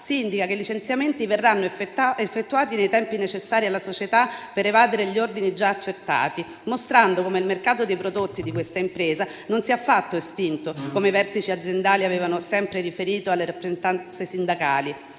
si indica che i licenziamenti "verranno effettuati nei tempi necessari alla Società per evadere gli ordini già accettati", mostrando come il mercato dei prodotti di questa impresa non sia affatto estinto, come i vertici aziendali avevano sempre riferito alle rappresentanze sindacali;